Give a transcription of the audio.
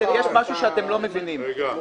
יש משהו שאתם לא מבינים --- סליחה,